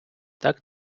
так